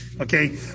okay